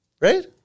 Right